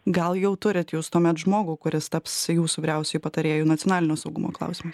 gal jau turit jūs tuomet žmogų kuris taps jūsų vyriausiuoju patarėju nacionalinio saugumo klausimais